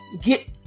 get